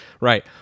Right